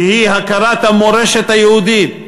שהיא הכרת המורשת היהודית,